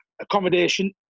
accommodation